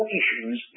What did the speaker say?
issues